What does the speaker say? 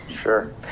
Sure